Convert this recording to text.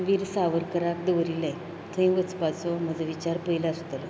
वीर सावरकराक दवरिल्लें थंय वचपाचो म्हजो विचार पयलो आसतलो